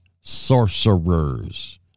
sorcerers